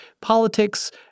politics